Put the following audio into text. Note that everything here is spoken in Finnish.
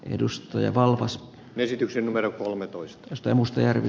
edustaja valpas esityksen numero kolmetoista piste mustajärvi